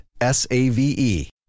S-A-V-E